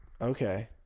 Okay